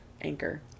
Anchor